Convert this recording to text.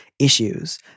issues